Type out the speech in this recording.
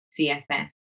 CSS